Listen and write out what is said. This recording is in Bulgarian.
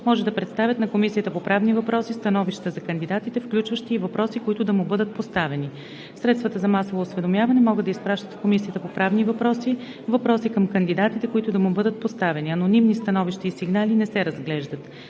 може да представят на Комисията по правни въпроси становища за кандидатите, включващи и въпроси, които да му бъдат поставени. Средствата за масово осведомяване могат да изпращат в Комисията по правни въпроси въпроси към кандидатите, които да му бъдат поставени. Анонимни становища и сигнали не се разглеждат.